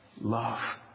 love